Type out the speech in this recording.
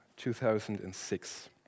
2006